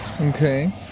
Okay